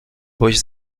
boś